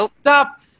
stop